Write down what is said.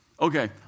Okay